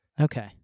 okay